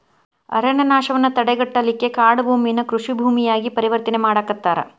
ಅರಣ್ಯನಾಶವನ್ನ ತಡೆಗಟ್ಟಲಿಕ್ಕೆ ಕಾಡುಭೂಮಿಯನ್ನ ಕೃಷಿ ಭೂಮಿಯಾಗಿ ಪರಿವರ್ತನೆ ಮಾಡಾಕತ್ತಾರ